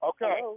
Okay